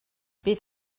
bydd